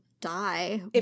die